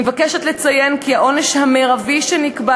אני מבקשת לציין כי העונש המרבי שנקבע